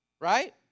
Right